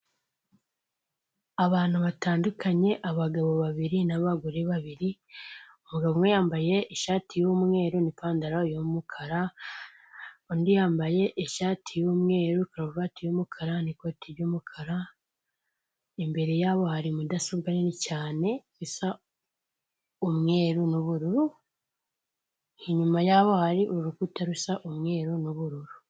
Abantu batandukanye, abagabo babiri n'abagore babiri, umugabo umwe yambaye ishati y'umweru n'ipantaro y'umukara, undi yambaye ishati y'umweru karuvati y'umukara n'ikoti ry'umukara, imbere yabo hari mudasobwa nini cyane isa umweru n'ubururu, inyuma yaho hari urukuta rusa umweru n'ubururu.